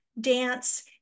Dance